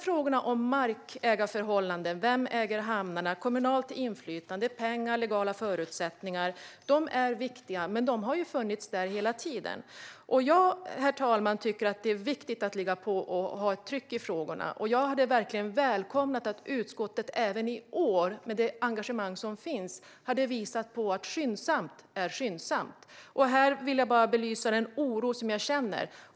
Frågorna om markägarförhållanden, om vem som äger hamnarna, om kommunalt inflytande, om pengar och om legala förutsättningar är viktiga. Men de har ju funnits där hela tiden! Herr talman! Jag tycker att det är viktigt att ligga på och ha ett tryck i frågorna. Jag skulle verkligen ha välkomnat att utskottet även i år, med det engagemang som finns, hade visat att skyndsamt är skyndsamt. Här vill jag bara belysa den oro som jag känner.